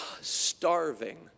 starving